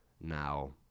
now